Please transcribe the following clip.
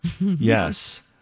Yes